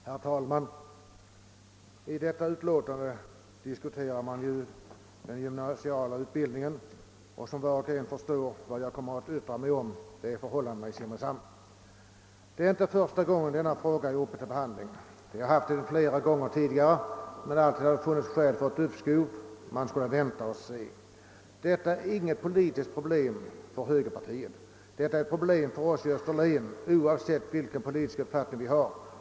Herr talman! Under denna punkt diskuteras ju den gymnasiala utbildning en, och som var och en förstår kommer jag att yttra mig om förhållandena i Simrishamn. Det är inte första gången denna fråga är uppe; den har behandlats flera gånger tidigare, men alltid har man funnit skäl för ett uppskov, för att vänta och se. Avsaknaden av ett gymnasium i Simrishamn är inget politiskt problem för högerpartiet — det är ett problem för oss i Österlen oavsett vilken politisk uppfattning vi har.